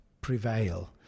prevail